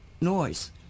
noise